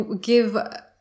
give